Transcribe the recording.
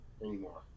anymore